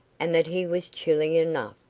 and that he was chilly enough,